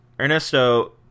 Ernesto